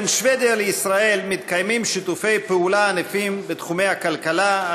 בין שבדיה לישראל מתקיימים שיתופי פעולה ענפים בתחומי הכלכלה,